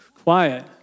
quiet